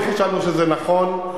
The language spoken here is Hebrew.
כי חשבנו שזה נכון,